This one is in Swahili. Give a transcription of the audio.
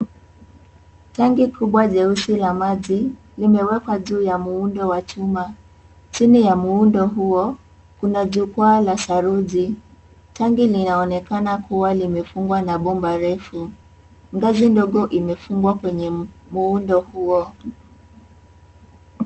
Tanki kubwa jeusi la maji limewekwa juu ya muundo wa juma, chini la muundo huo kuna jukwaa la saruji, tanki linaonekana kuwa limefungwa na bomba refu, ngazi ndogo imefungwa kwenye mkundo huo.